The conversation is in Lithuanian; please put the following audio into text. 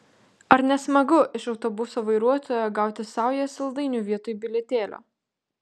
ar ne smagu iš autobuso vairuotojo gauti saują saldainių vietoj bilietėlio